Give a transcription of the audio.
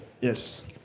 Yes